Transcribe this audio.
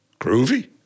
groovy